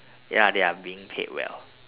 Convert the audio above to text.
ya they are being paid well